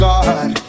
God